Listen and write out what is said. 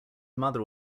mother